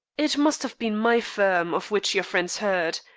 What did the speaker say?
it must have been my firm of which your friends heard.